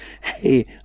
Hey